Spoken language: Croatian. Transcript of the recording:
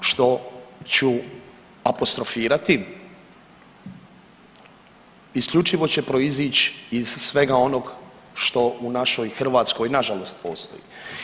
Ono što ću apostrofirati isključivo će proizić iz svega onog što u našoj Hrvatskoj nažalost postoji.